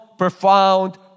Profound